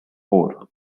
ore